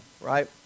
Right